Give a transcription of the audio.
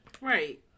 Right